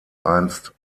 einst